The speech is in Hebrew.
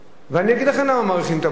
ואני אגיד לכם למה מעריכים את המורה,